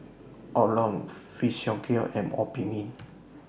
Omron Physiogel and Obimin